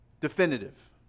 Definitive